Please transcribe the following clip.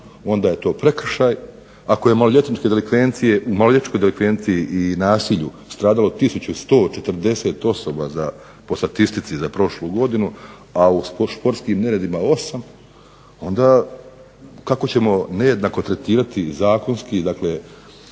onda je to prekršaj, ako je u maloljetničkoj delikvenciji i nasilju stradalo 1140 osoba po statistici za prošlu godinu, a u športskim neredima 8 onda kako ćemo nejednako tretirati zakonski dakle